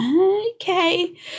okay